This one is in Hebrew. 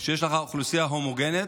כשיש לך אוכלוסייה הומוגנית,